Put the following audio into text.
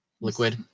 liquid